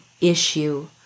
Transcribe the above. issue